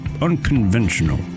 unconventional